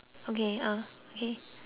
okay